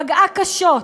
פגעה קשות.